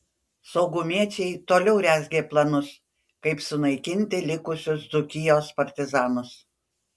saugumiečiai toliau rezgė planus kaip sunaikinti likusius dzūkijos partizanus